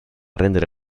rendere